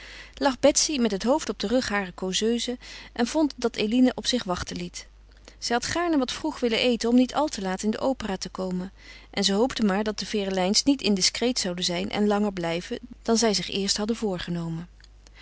lag betsy met het hoofd op den rug harer causeuse en vond dat eline op zich wachten liet zij had gaarne wat vroeg willen eten om niet al te laat in de opera te komen en ze hoopte maar dat de ferelijns niet indiscreet zouden zijn en langer blijven dan zij zich eerst hadden voorgenomen